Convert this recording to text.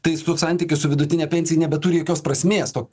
tai su santykis su vidutine pensija nebeturi jokios prasmės to